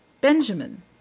benjamin